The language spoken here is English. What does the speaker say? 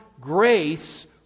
grace